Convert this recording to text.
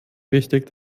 wichtig